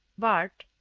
bart!